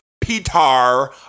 Peter